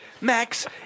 Max